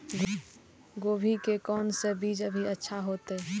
गोभी के कोन से अभी बीज अच्छा होते?